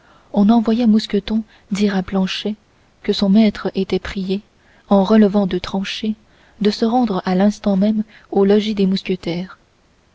on envoya mousqueton dire à planchet que son maître était prié en relevant de tranchée de se rendre à l'instant même au logis des mousquetaires